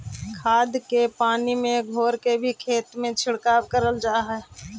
खाद के पानी में घोर के भी खेत में छिड़काव कयल जा हई